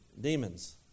demons